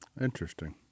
Interesting